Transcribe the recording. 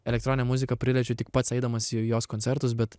elektroninę muziką priliečiu tik pats eidamas į jos koncertus bet